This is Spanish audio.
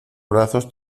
brazos